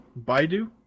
Baidu